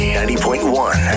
90.1